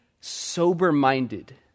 sober-minded